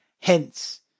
Hence